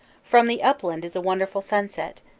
from the upland is a wonderful sunset,